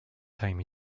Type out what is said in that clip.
time